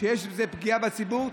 שיש בזה פגיעה בציבור,